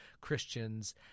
Christians